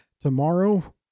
Tomorrow